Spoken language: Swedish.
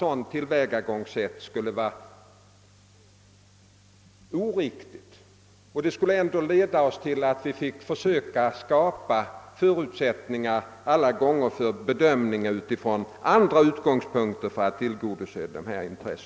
För att tillgodose berättigade intressen skulle vi nödgas försöka skapa förutsättningar för att från även andra utgångspunkter bedöma de enskilda fallen.